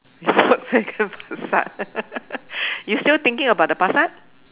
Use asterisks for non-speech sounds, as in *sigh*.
Volkswagen *laughs* Passat *laughs* you still thinking about the Passat